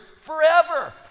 forever